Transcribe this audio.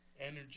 Energy